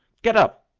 get up!